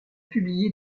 publié